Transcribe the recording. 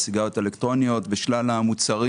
של הסיגריות האלקטרוניות ושל שלל המוצרים